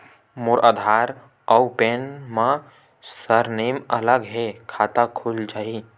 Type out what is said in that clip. मोर आधार आऊ पैन मा सरनेम अलग हे खाता खुल जहीं?